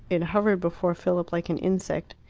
it hovered before philip like an insect.